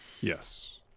Yes